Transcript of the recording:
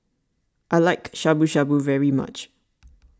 I like Shabu Shabu very much